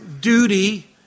duty